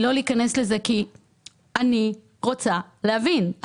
לא להיכנס לזה כי אני רוצה להבין.